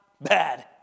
bad